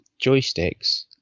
joysticks